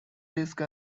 disks